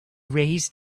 raise